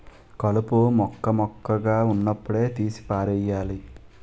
కలుపు మొక్క మొక్కగా వున్నప్పుడే తీసి పారెయ్యాలి